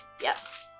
Yes